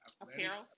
apparel